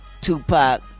Tupac